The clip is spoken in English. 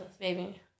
baby